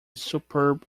superb